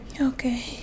Okay